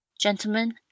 Gentlemen